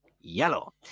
yellow